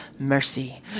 mercy